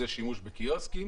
זה שימוש בקיוסקים